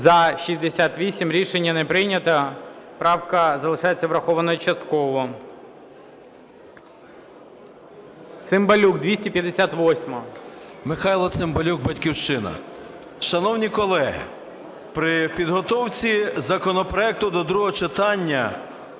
За-68 Рішення не прийнято. Правка залишається врахованою частково. Цимбалюк, 258-а. 13:06:58 ЦИМБАЛЮК М.М. Михайло Цимбалюк, "Батьківщина". Шановні колеги, при підготовці законопроекту до другого читання